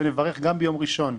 ונברך גם ביום ראשון,